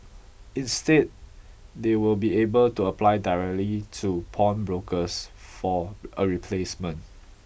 instead they will be able to apply directly to pawnbrokers for a replacement